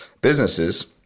businesses